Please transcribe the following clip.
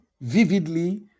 vividly